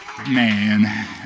Man